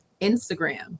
Instagram